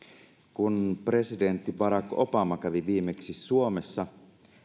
kun presidentti barack obama kävi viimeksi suomessa